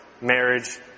marriage